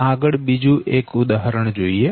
આગળ બીજું એક ઉદાહરણ જોઈએ